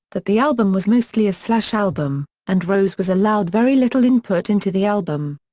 that the album was mostly a slash album and rose was allowed very little input into the album.